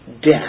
death